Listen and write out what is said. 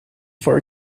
for